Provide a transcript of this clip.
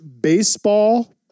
baseball